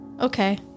Okay